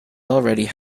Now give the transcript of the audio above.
already